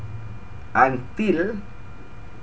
until